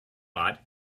lot